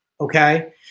Okay